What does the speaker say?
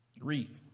read